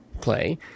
play